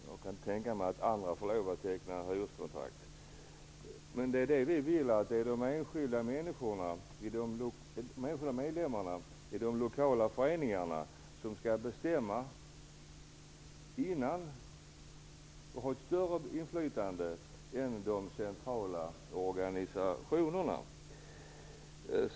Jag kan inte tänka mig att några andra får lov att teckna hyreskontrakt. Det är det vi vill. Det är de enskilda medlemmarna i de lokala föreningarna som skall bestämma innan och ha ett större inflytande än de centrala organisationerna.